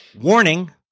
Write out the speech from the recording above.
Warning